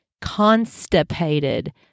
constipated